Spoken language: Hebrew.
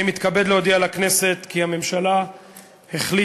אני מתכבד להודיע לכנסת, כי הממשלה החליטה,